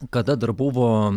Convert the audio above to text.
kada dar buvo